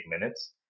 minutes